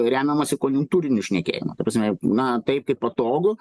remiamasi kontūriniu šnekėjimu ta prasme na taip kaip patogu